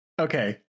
Okay